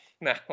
Now